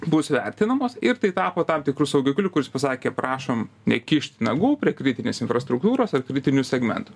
bus vertinamos ir tai tapo tam tikru saugikliu kuris pasakė prašom nekišti nagų prie kritinės infrastruktūros ar kritinių segmentų